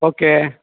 okay